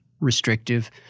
restrictive